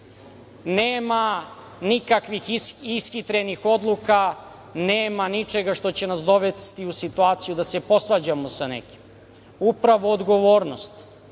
Nema nikakvih ishitrenih odluka, nema ničega što će nas dovesti u situaciju da se posvađamo sa nekim, upravo odgovornost,